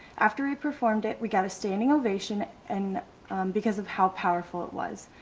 after i performed it, we got a standing ovation and because of how powerful it was,